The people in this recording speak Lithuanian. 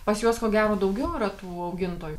pas juos ko gero daugiau yra tų augintojų